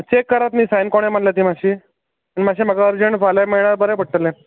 check करात न्ही सायन कोणें मारल्या ती मातशी मातशें म्हाका अरजंट फाल्यां मेळ्यार बरें पडटलें